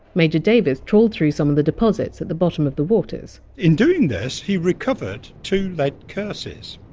major davis trawled through some of the deposits at the bottom of the waters in doing this, he recovered two lead curses